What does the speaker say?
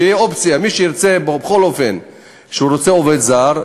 שתהיה אופציה: מי שירצה בכל אופן עובד זר,